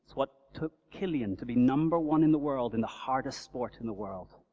what took killian to be number one in the world in the hardest sport in the world.